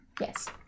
yes